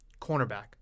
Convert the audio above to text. Cornerback